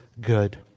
good